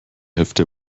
hälfte